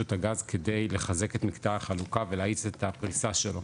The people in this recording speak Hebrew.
הגז כדי לחזק את מקטע החלוקה ולהאיץ את הפריסה שלו.